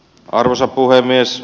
arvoisa puhemies